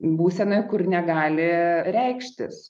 būsenoj kur negali reikštis